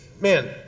man